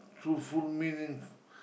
truthful meaningful